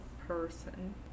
person